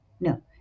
No